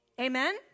Amen